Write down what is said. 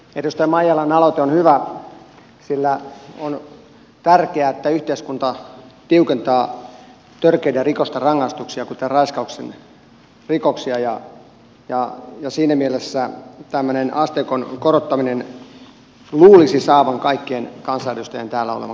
edustaja maijalan aloite on hyvä sillä on tärkeää että yhteiskunta tiukentaa törkeiden rikosten rangaistuksia kuten raiskauksen ja siinä mielessä tämmöisen asteikon korottamisen luulisi saavan kaikkien täällä olevien kansanedustajien kannatuksen